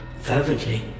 Fervently